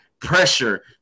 pressure